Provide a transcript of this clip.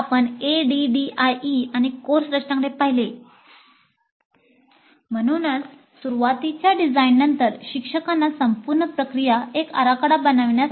"म्हणून सुरुवातीच्या डिझाईननंतर शिक्षकांना संपूर्ण प्रक्रिया एक आराखडा बनविण्यास आवडेल